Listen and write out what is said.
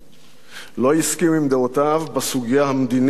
לא הסכים עם דעותיו בסוגיה המדינית עם הפלסטינים,